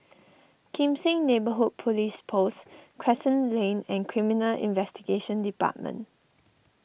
Kim Seng Neighbourhood Police Post Crescent Lane and Criminal Investigation Department